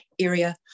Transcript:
area